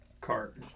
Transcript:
cart